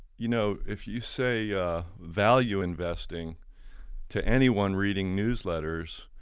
you know if you say value investing to anyone reading newsletters,